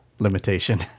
Limitation